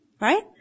Right